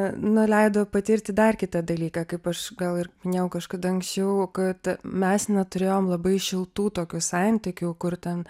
nu leido patirti dar kitą dalyką kaip aš gal ir minėjau kažkada anksčiau kad mes neturėjom labai šiltų tokių santykių kur ten